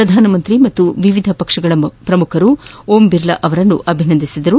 ಪ್ರಧಾನಮಂತ್ರಿ ಹಾಗೂ ವಿವಿಧ ಪಕ್ಷಗಳ ಪ್ರಮುಖರು ಓಂ ಬಿರ್ಲಾ ಅವರನ್ನು ಅಭಿನಂದಿಸಿದರು